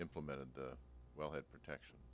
implemented well had protection